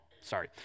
Sorry